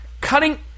cutting